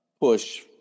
push